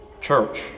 church